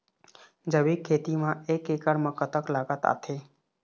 जैविक खेती म एक एकड़ म कतक लागत आथे?